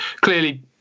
Clearly